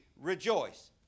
rejoice